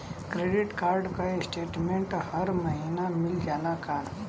Credit card क statement हर महिना मिल जाला का?